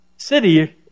City